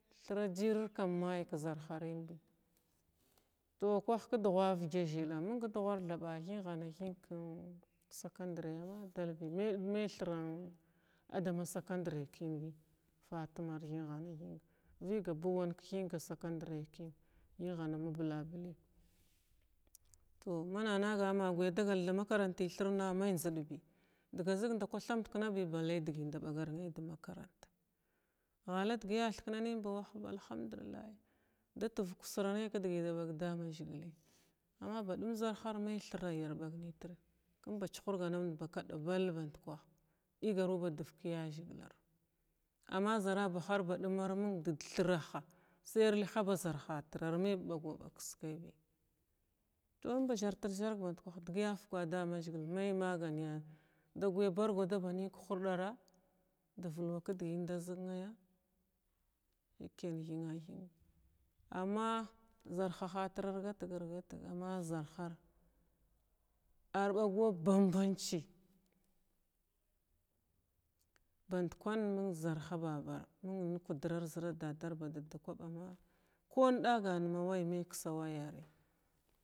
Thira jirira maikizarhariin bi to kwuh kiduja if evga zila kwuh kiduhar thinghina thin ƙi scandreya mai thara da masacodry fatinar figa bu wan higgina higgs ki scandrea ms bilaburin ki secondreys, mana nagana ma guys dagal dqma makorantir galibiding arigaddi mashgila thirns mai kubi dagi zig dakwi maiy idigi inds ɓagur ne i makaranti ghaladigi a thikna min alhamdulilahi da tufug in sirgai kidgit da ba dadamashgili ba dia zarhar mai thir ar bagmitir kuuta chi namba kun bilga badiv kdada mashgila, amma zarabahar armig di thiraha sai ar liha ba zarhatira ar mai bagwabag kiski biya to inba zartr zar bandkaha baoligiya a fuka dadamashili mai maganiyami dagiya bargada banin kuhudara da fulwan kidgi inda zignaya shikenan higga higga amma zarha zarhahatir ar gatgar gatga amma zarha zarhar ar bagwa babanci, badkun ming zrha babar min ziradar ba dada kuba ko indagan ma waya mai kisa wayari.